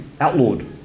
outlawed